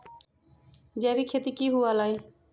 जैविक खेती की हुआ लाई?